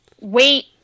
wait